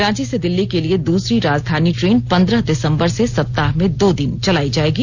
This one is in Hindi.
रांची से दिल्ली के लिए दूसरी राजधानी ट्रेन पंद्रह दिसंबर से सप्ताह में दो दिन चलायी जाएगी